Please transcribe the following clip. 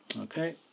Okay